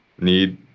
need